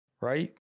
right